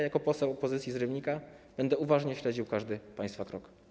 Jako poseł opozycji z Rybnika będę uważnie śledził każdy państwa krok.